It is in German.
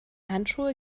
handschuhe